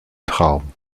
traum